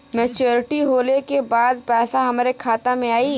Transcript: Maturity होले के बाद पैसा हमरे खाता में आई?